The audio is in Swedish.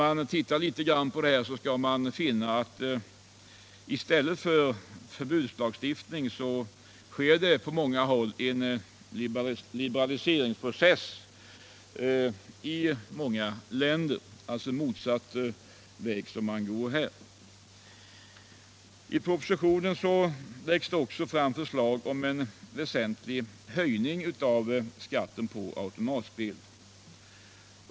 I stället för att det införs förbud sker det på många håll en liberaliseringsprocess — där går man alltså motsatt väg! I propositionen framläggs också förslag om en väsentlig höjning av skatten på automatspel.